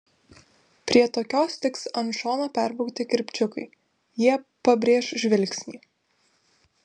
prie tokios tiks ant šono perbraukti kirpčiukai jie pabrėš žvilgsnį